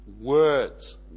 words